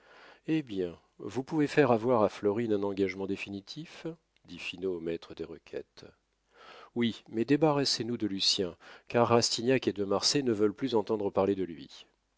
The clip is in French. eh bien vous pouvez faire avoir à florine un engagement définitif dit finot au maître des requêtes oui mais débarrassez nous de lucien car rastignac et de marsay ne veulent plus entendre parler de lui